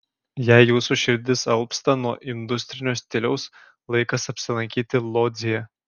jei jūsų širdis alpsta nuo industrinio stiliaus laikas apsilankyti lodzėje